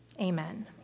Amen